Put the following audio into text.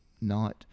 night